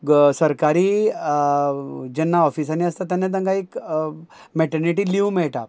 ग सरकारी जेन्ना ऑफिसांनी आसता तेन्ना तांकां एक मॅटर्नेटी लीव मेळटा